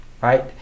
right